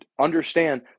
Understand